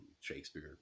Shakespeare